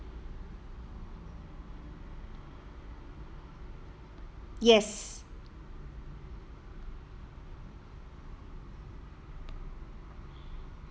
yes